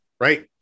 right